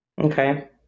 Okay